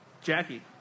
Jackie